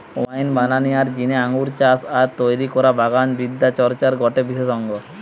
wine বানানিয়ার জিনে আঙ্গুর চাষ আর তৈরি করা বাগান বিদ্যা চর্চার গটে বিশেষ অঙ্গ